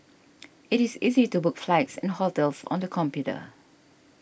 it is easy to book flights and hotels on the computer